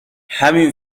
همین